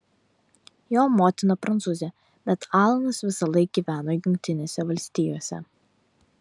jo motina prancūzė bet alanas visąlaik gyveno jungtinėse valstijose